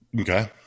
Okay